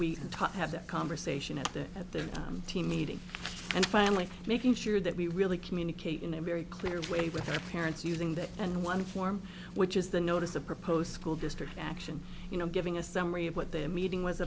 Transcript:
we have to come sation at the at the team meeting and family making sure that we really communicate in a very clear way with our parents using that and one form which is the notice of proposed school district action you know giving a summary of what their meeting was